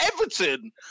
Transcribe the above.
Everton